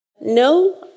No